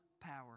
power